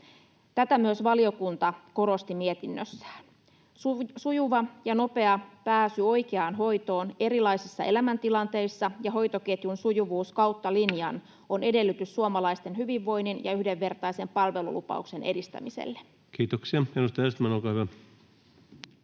Tätä myös valiokunta korosti mietinnössään. Sujuva ja nopea pääsy oikeaan hoitoon erilaisissa elämäntilanteissa ja hoitoketjun sujuvuus kautta linjan ovat edellytys suomalaisten hyvinvoinnin ja yhdenvertaisen palvelulupauksen edistämiselle. [Speech 126] Speaker: Ensimmäinen varapuhemies